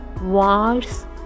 wars